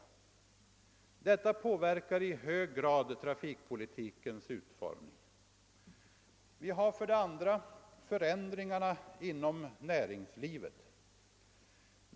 Detta påverkar i hög grad trafikpolitikens utformning. Vi har förändringarna inom näringslivet.